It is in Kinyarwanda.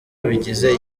bigize